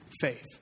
faith